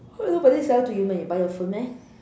but this is sell to you when you buy your phone meh